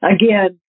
Again